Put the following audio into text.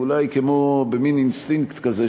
אולי כמו במין אינסטינקט כזה,